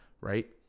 right